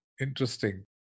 interesting